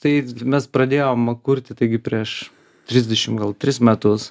tai mes pradėjom kurti taigi prieš trisdešim gal tris metus